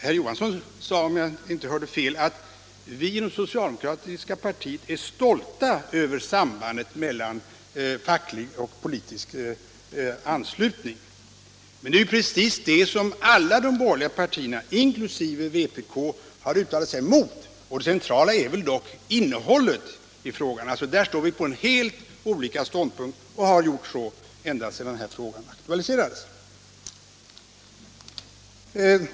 Herr Johansson sade, om jag inte hörde fel, att man inom det socialdemokratiska partiet är stolt över sambandet mellan facklig och politisk anslutning. Men det är precis det som alla de borgerliga partierna, inkl. vpk, har uttalat sig emot. Det centrala är väl innehållet i frågan. Där intar vi helt olika ståndpunkter och har så gjort ända sedan frågan aktualiserades.